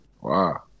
Wow